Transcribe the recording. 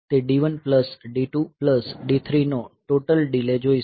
તે D1 plus D2 plus D3 નો total delay જોઈશે